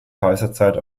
kaiserzeit